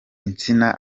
insina